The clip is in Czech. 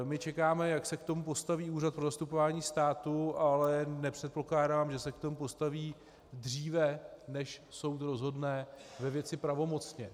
My čekáme, jak se k tomu postaví Úřad pro zastupování státu, ale nepředpokládám, že se k tomu postaví dříve, než soud rozhodne ve věci pravomocně.